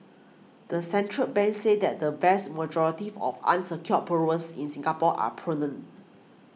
the central bank said that the vast majority of unsecured borrowers in Singapore are prudent